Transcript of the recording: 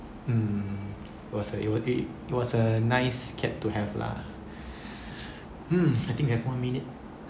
mm it was a it was a nice cat to have lah hmm I think have one minute